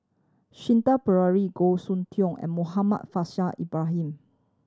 Shanti Pereira Goh Soon Tioe and Muhammad Faishal Ibrahim